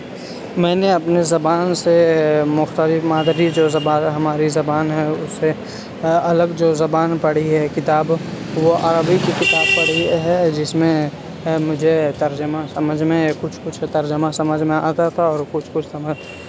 میں نے اپنی زبان سے مختلف مادری جو زبان ہماری زبان ہے اس سے الگ جو زبان پڑھی ہے کتاب وہ عربی کی کتاب پڑھی ہے جس میں مجھے ترجمہ سمجھ میں کچھ کچھ ترجمہ سمجھ میں آتا تھا اور کچھ کچھ سمجھ